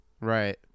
right